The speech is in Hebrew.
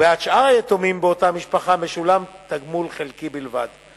ובעד שאר היתומים באותה משפחה משולם תגמול חלקי בלבד.